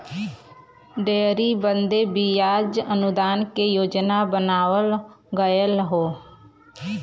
dairy बदे बियाज अनुदान के योजना बनावल गएल हौ